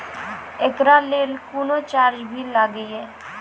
एकरा लेल कुनो चार्ज भी लागैये?